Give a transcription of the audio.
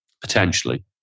potentially